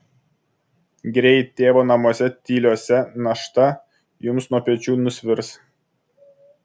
greit tėvo namuose tyliuose našta jums nuo pečių nusvirs